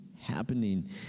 happening